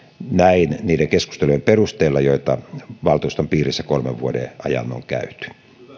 näin niiden keskustelujen perusteella joita valtuuston piirissä kolmen vuoden ajan on käyty